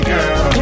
Girl